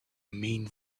mean